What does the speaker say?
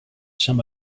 some